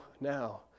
now